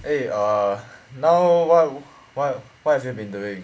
eh err now what what what have you been doing